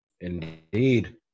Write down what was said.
Indeed